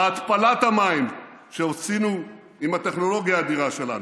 בהתפלת המים שהוצאנו עם הטכנולוגיה האדירה שלנו,